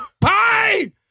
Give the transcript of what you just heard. Pie